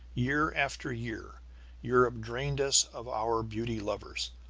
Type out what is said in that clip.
year after year europe drained us of our beauty-lovers,